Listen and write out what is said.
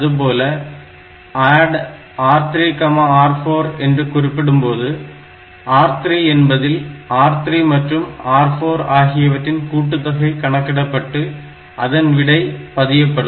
அதுபோல ADD R3R4 என்று குறிப்பிடும்போது R3 என்பதில் R3 மற்றும் R4 ஆகியவற்றின் கூட்டுத்தொகை கணக்கிடப்பட்டு அதன் விடை பதியப்படும்